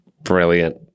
Brilliant